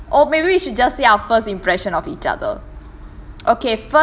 or maybe we should just say our first impression of each other